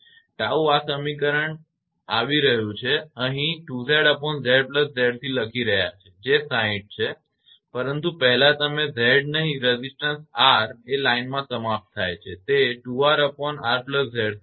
તેથી 𝜏 આ સમીકરણ અહીં આવી રહ્યું છે આપણે અહીં 2𝑍𝑍𝑍𝑐 લખી રહ્યા છીએ જે 60 છે પરંતુ પહેલાં તમે Z અહીં રેઝિસ્ટન્સ R એ લાઇનમાં સમાપ્ત થાય છે તે 2𝑅𝑅𝑍𝑐 હશે